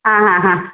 ആ ഹ ഹാ